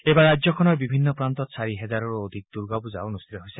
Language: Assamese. এইবাৰ ৰাজ্যখনৰ বিভিন্ন প্ৰান্তত চাৰি হেজাৰৰো অধিক দূৰ্গাপূজা অনুষ্ঠিত হৈছে